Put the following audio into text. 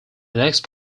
next